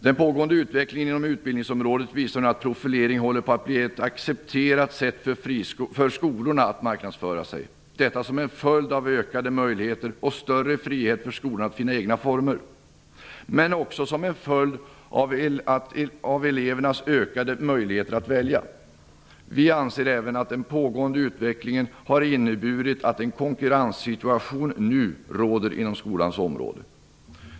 Den pågående utvecklingen inom utbildningsområdet visar nu att profilering håller på att bli ett accepterat sätt för skolorna att marknadsföra sig. Detta är en följd av ökade möjligheter och större frihet för skolan att finna egna former. Det är också en följd av elevernas ökade möjligheter att välja. Vi anser även att den pågående utvecklingen har inneburit att en konkurrenssituation nu råder inom skolans område.